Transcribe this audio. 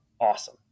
awesome